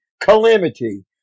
Calamity